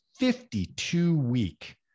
52-week